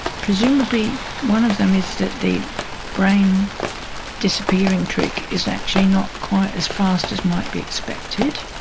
presumably one of them is that the brain disappearing trick is actually not quite as fast as might be expected,